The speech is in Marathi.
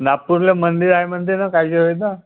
नागपूरला मंदिर आहे मंदिर ना काय जे होतं